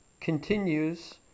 continues